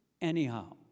anyhow